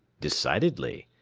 decidedly,